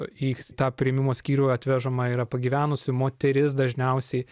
į tą priėmimo skyrių atvežama yra pagyvenusi moteris dažniausiai